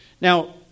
Now